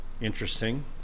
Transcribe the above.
Interesting